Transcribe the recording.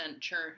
churn